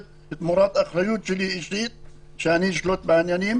בתמורת אחריות שלי אישית שאני אשלוט בעניינים,